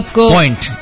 Point